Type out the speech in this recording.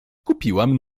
kupiłam